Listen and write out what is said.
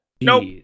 Nope